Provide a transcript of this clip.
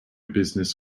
business